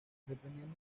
dependiendo